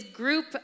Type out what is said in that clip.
group